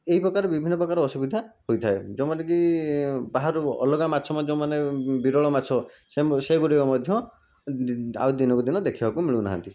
ଏହି ପ୍ରକାର ବିଭିନ୍ନ ପ୍ରକାର ଅସୁବିଧା ହୋଇଥାଏ ଯେଉଁମାନେ କି ବାହାରୁ ଅଲଗା ମାଛ ମ ଯେଉଁମାନେ ବିରଳ ମାଛ ସେଗୁଡ଼ିକ ମଧ୍ୟ ଆଉ ଦିନକୁ ଦିନ ଦେଖିବାକୁ ମିଳୁନାହାଁନ୍ତି